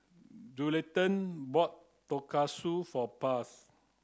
Juliette bought Tonkatsu for Blas